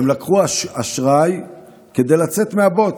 והם לקחו אשראי כדי לצאת מהבוץ,